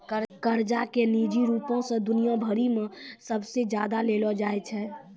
कर्जा के निजी रूपो से दुनिया भरि मे सबसे ज्यादा लेलो जाय छै